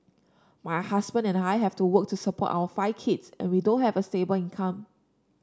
my husband and I have to work to support our five kids and we don't have a stable income